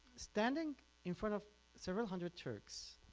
standing in front of several hundred turks